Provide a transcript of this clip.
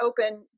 open